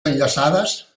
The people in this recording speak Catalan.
enllaçades